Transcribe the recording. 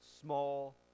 small